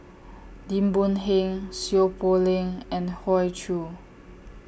Lim Boon Heng Seow Poh Leng and Hoey Choo